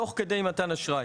תוך כדי מתן אשראי.